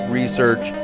research